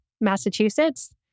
Massachusetts